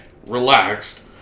relaxed